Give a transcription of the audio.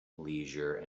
leisure